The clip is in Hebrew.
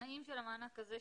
התנאים של המענק הזה שניתנו,